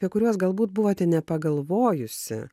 apie kuriuos galbūt buvote nepagalvojusi